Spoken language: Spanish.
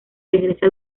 regresa